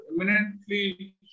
eminently